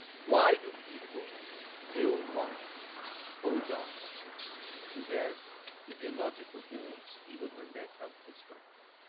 why do people still want to hold on to their ideological beliefs, even when they're self-destructive?